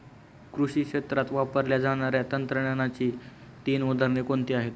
कृषी क्षेत्रात वापरल्या जाणाऱ्या तंत्रज्ञानाची तीन उदाहरणे कोणती आहेत?